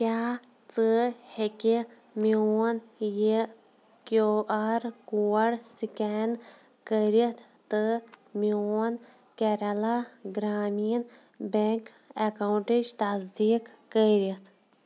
کیٛاہ ژٕ ہیٚکہِ میٛون یہِ کیٛوٗ آر کوڈ سِکین کٔرِتھ تہٕ میٛون کیرلا گرٛامیٖن بٮ۪نٛک اَکاونٹٕچ تصدیٖق کٔرِتھ